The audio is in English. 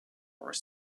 are